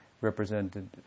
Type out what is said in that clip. represented